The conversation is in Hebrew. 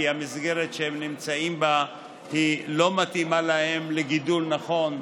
כי המסגרת שהם נמצאים בה לא מתאימה להם לגידול נכון.